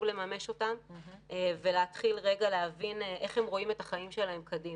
לממש אותן ולהתחיל להבין איך הם רואים את החיים שלהם קדימה.